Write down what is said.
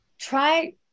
try